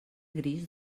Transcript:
gris